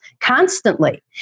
constantly